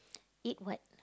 eat what